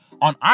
on